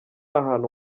ahantu